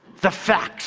the fax